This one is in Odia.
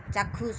ଚାକ୍ଷୁଷ